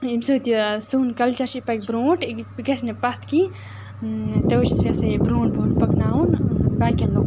ییٚمہِ سۭتۍ یہِ سون کَلچَر چھِ یہِ پَکہِ برونٛٹھ یہِ گژھِ نہٕ پَتھ کینٛہہ تَوَے چھس بہٕ یَژھان یہِ برونٛٹھ برونٛٹھ پَکناوُن باقٕیَن لوٗکَن تامَتھ